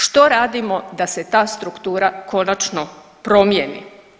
Što radimo da se ta struktura konačno promijeni?